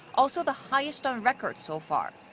also the highest on record so far.